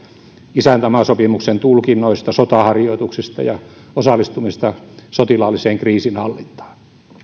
isäntämaasopimuksen tulkinnoista sotaharjoituksista ja osallistumisesta sotilaalliseen kriisinhallintaan